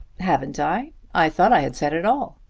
haven't i? i thought i had said it all.